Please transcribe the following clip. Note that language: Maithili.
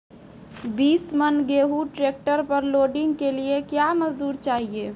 बीस मन गेहूँ ट्रैक्टर पर लोडिंग के लिए क्या मजदूर चाहिए?